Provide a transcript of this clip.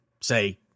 say